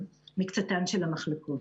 במקצתן של המחלקות.